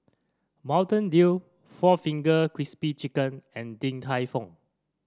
Mountain Dew four Finger Crispy Chicken and Din Tai Fung